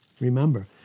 remember